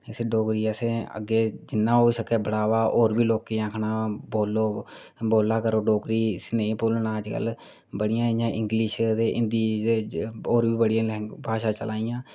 इसी डोगरी गी असें बढ़ावा होर बी लोकें गी आखना ऐ बोल्लो कि बोल्ला करो डोगरी इसी नेईं भुल्लना अज्जकल बड़ियां इंया इंग्लिश ते हिंदी ओह् होर बी बड़ियां भाशां चला दियां